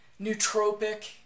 nootropic